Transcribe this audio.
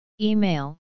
Email